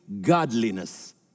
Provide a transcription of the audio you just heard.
godliness